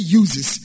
uses